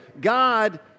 God